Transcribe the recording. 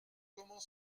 comment